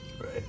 right